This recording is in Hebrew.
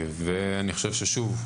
אני חושב ששוב,